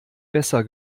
besser